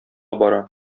бара